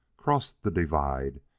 crossed the divide,